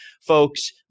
Folks